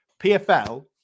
PFL